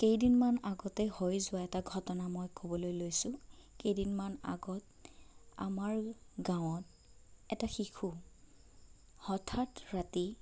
কেইদিনমান আগতে হৈ যোৱা এটা ঘটনা মই ক'বলৈ লৈছোঁ কেইদিনমান আগত আমাৰ গাঁৱত এটা শিশু হঠাৎ ৰাতি